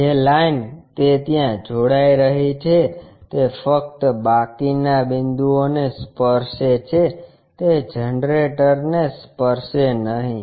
જે લાઈન તે ત્યાં જોડાઈ રહી છે તે ફક્ત બાકીના બિંદુઓ ને સ્પર્શે છે તે જનરેટરને સ્પર્શે નહીં